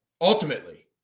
ultimately